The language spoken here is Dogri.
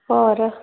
होर